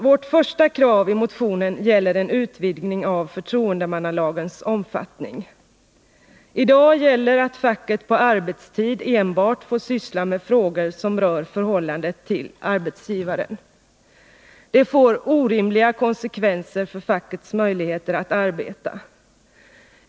Vårt första krav i motionen gäller en utvidgning av förtroendemannalagens omfattning. I dag gäller att facket på arbetstid endast får syssla med frågor som rör förhållandet till arbetsgivaren. Detta får orimliga konsekvenser för fackets möjligheter att arbeta.